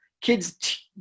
Kids